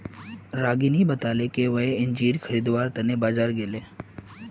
रागिनी बताले कि वई अंजीर खरीदवार त न बाजार गेले